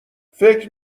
فکر